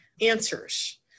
answers